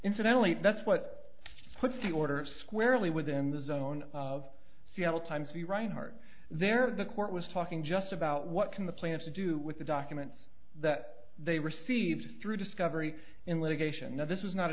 incidentally that's what puts the order squarely within the zone of seattle times the right heart there the court was talking just about what can the plans to do with a document that they received through discovery in litigation now this is not a